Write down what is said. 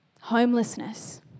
Homelessness